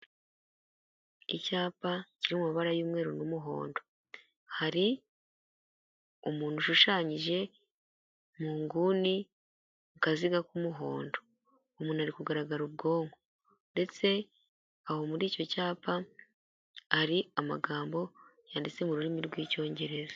Icyapa kiri mu mabara y'umweru n'umuhondo, hari umuntu ushushanyije mu nguni mu kaziga k'umuhondo, umuntu ari kugaragara ubwonko ndetse aho muri icyo cyapa, hari amagambo yanditse mu rurimi rw'icyongereza.